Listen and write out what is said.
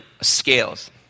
scales